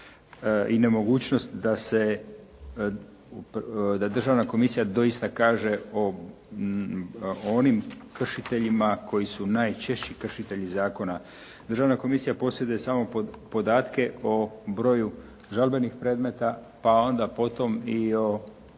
i nemogućnost da Državna komisija doista kaže o onim kršiteljima koji su najčešći kršitelji zakona. Državna komisija posjeduje samo podatke o broju žalbenih predmeta, pa onda potom i o